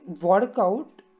workout